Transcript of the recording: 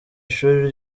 ishuri